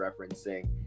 referencing